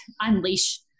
unleash